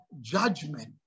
judgment